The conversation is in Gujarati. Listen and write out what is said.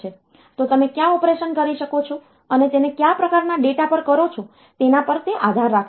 તો તમે કયા ઓપરેશન કરી શકો છો અને તેને કયા પ્રકારના ડેટા પર કરો છો તેના પર તે આધાર રાખે છે